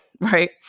Right